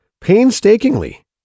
painstakingly